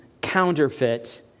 counterfeit